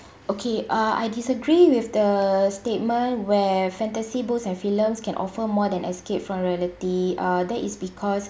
okay uh I disagree with the statement where fantasy books and films can offer more than escape from reality uh that is because